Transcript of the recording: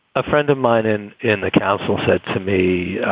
a friend of mine in in the council said to me,